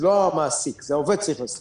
זה לא המעסיק, זה העובד צריך לשים.